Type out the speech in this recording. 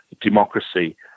democracy